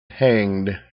hanged